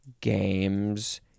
games